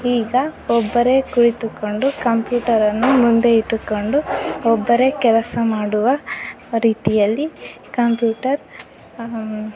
ಈಗ ಒಬ್ಬರೇ ಕುಳಿತುಕೊಂಡು ಕಂಪ್ಯೂಟರನ್ನು ಮುಂದೆ ಇಟ್ಟುಕೊಂಡು ಒಬ್ಬರೇ ಕೆಲಸ ಮಾಡುವ ರೀತಿಯಲ್ಲಿ ಕಂಪ್ಯೂಟರ್